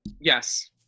Yes